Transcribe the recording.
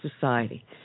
society